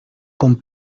con